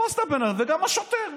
תפס הכול, וגם השוטר.